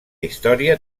història